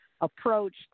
approach